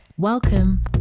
Welcome